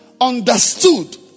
understood